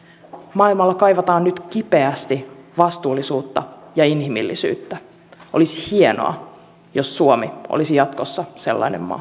maailmalla kaivataan nyt kipeästi vastuullisuutta ja inhimillisyyttä olisi hienoa jos suomi olisi jatkossa sellainen maa